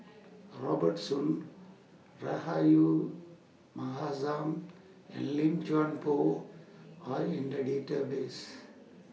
Robert Soon Rahayu Mahzam and Lim Chuan Poh Are in The Database